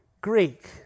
Greek